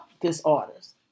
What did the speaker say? disorders